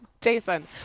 Jason